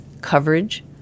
coverage